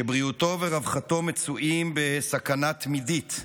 שבריאותו ורווחתו מצויים בסכנה תמידית,